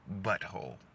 butthole